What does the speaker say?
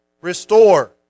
restore